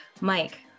Mike